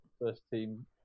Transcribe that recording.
first-team